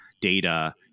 data